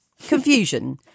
Confusion